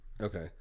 Okay